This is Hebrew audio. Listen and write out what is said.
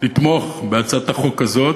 לתמוך בהצעת החוק הזאת.